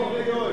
חבר הכנסת חסון,